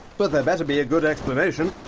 but there'd better be a good explanation.